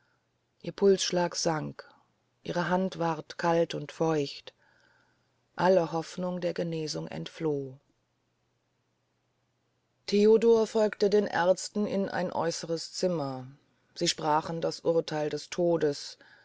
ihr pulsschlag sank ihre hand ward kalt und feucht alle hofnung der genesung entfloh theodor folgte den aerzten in ein äußeres zimmer sie sprachen das urtheil des todes